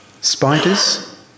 Spiders